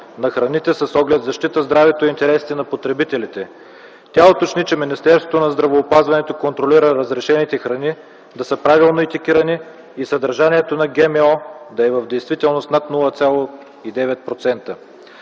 на храните с оглед защита на здравето и интересите на потребителите. Тя уточни, че Министерство на здравеопазването контролира разрешените храни да са правилно етикетирани и съдържанието на ГМО да е в действителност над 0,9 %.